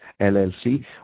LLC